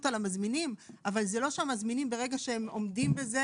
על המזמינים אבל זה לא שהמזמינים ברגע שהם עומדים בזה,